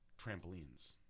trampolines